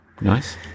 Nice